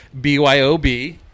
BYOB